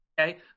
okay